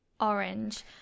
Orange